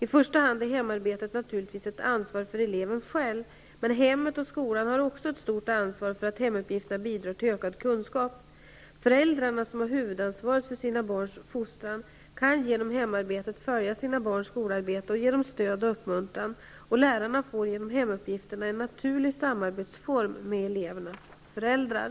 I första hand är hemarbetet naturligtvis ett ansvar för eleven själv, men hemmet och skolan har också ett stort ansvar för att hemuppgifterna bidrar till ökad kunskap. Föräldrarna, som har huvudansvaret för sina barns fostran, kan genom hemarbetet följa sina barns skolarbete och ge dem stöd och uppmuntran. Lärarna får genom hemuppgifterna en naturlig samarbetsform med elevernas föräldrar.